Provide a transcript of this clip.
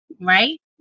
right